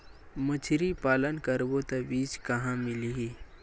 मछरी पालन करबो त बीज कहां मिलही?